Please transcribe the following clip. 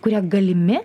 kurie galimi